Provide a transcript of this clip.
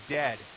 dead